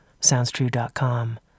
SoundsTrue.com